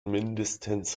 mindestens